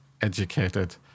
educated